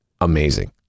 amazing